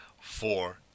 four